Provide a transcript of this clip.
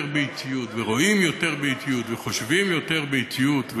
באטיות ורואים יותר באטיות וחושבים יותר באטיות,